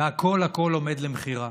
והכול, הכול, עומד למכירה: